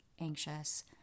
anxious